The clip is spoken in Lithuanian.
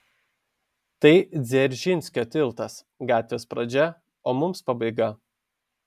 tai dzeržinskio tiltas gatvės pradžia o mums pabaiga